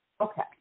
Okay